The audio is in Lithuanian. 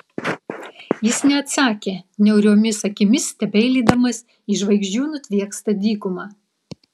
jis neatsakė niauriomis akimis stebeilydamas į žvaigždžių nutviekstą dykumą